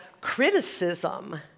criticism